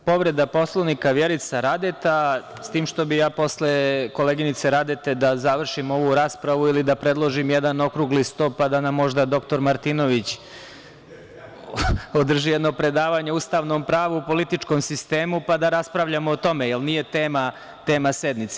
Reč ima narodni poslanik Vjerica Radeta, povreda Poslovnika, s tim što bih ja posle koleginice Radete da završimo ovu raspravu ili da predložim jedan okrugli sto, pa da nam možda dr Martinović održi jedno predavanje o ustavnom pravu, političkom sistemu, pa da raspravljamo o tome, jer nije tema sednice.